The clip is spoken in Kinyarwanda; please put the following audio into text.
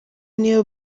niyo